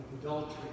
adultery